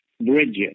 bridges